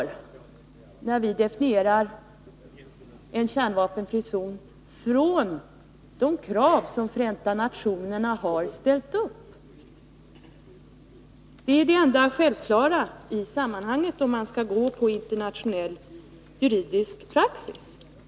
När vi definierar en kärnvapenfri zon utgår vi ifrån de krav som Förenta nationerna har ställt upp. Det är det enda självklara i sammanhanget om man skall följa internationell juridisk praxis.